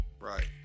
Right